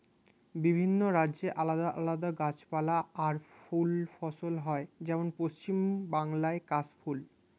বিভিন্ন রাজ্যে আলাদা আলাদা গাছপালা আর ফুল ফসল হয়, যেমন পশ্চিম বাংলায় কাশ ফুল